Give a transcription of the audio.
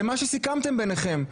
זה מה שסיכמתם ביניכם,